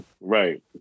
Right